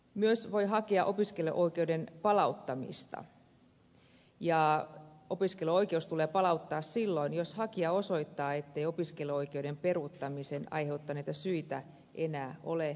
myös voi hakea opiskeluoikeuden palauttamista ja opiskelijaoikeus tulee palauttaa silloin jos hakija osoittaa ettei opiskeluoikeuden peruuttamisen aiheuttaneita syitä enää ole olemassa